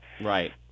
Right